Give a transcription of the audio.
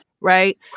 right